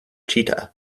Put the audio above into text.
cheetah